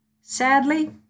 Sadly